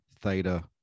theta